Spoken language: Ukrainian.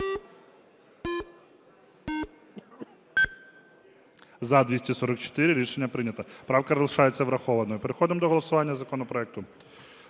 За-244 Рішення прийнято. Правка залишається врахованою. Переходимо до голосування законопроекту.